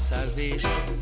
salvation